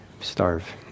starve